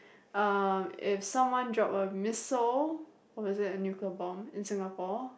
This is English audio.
um if someone drop a missile what is it a nuclear bomb in Singapore